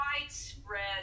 widespread